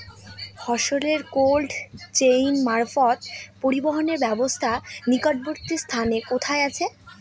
ফসলের cold chain মারফত পরিবহনের ব্যাবস্থা নিকটবর্তী স্থানে কোথায় আছে?